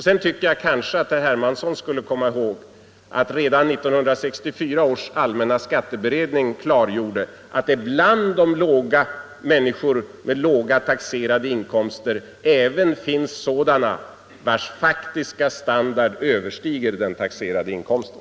Sedan tycker jag att herr Hermansson skulle komma ihåg att redan 1964 års allmänna skatteberedning klargjorde att bland människor med låga taxerade inkomster även finns sådana vilkas faktiska standard överstiger den taxerade inkomsten.